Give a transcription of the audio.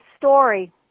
story